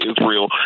Israel